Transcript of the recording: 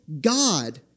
God